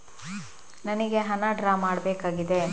ನನಿಗೆ ಹಣ ಡ್ರಾ ಮಾಡ್ಬೇಕಾಗಿದೆ